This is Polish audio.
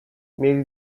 mieli